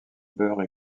beurre